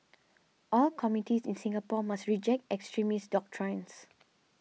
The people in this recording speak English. all communities in Singapore must reject extremist doctrines